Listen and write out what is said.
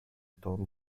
tom